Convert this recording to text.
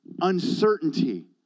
uncertainty